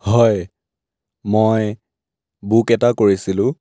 হয় মই বুক এটা কৰিছিলোঁ